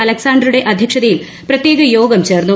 അലക്സാണ്ടറുടെ അധ്യക്ഷതയിൽ പ്രത്യേക യോഗം ചേർന്നു